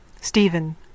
Stephen